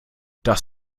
das